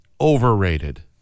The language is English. overrated